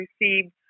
received